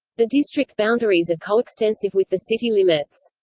the district boundaries are coextensive with the city limits.